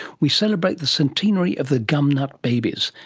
we celebrate the centenary of the gumnut babies,